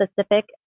specific